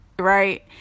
Right